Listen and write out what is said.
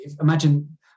imagine